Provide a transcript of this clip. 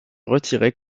retirée